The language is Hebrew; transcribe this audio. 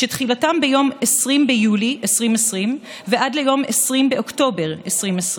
מיום 20 ביולי 2020 ועד ליום 20 באוקטובר 2020,